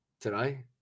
today